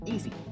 Easy